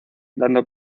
dando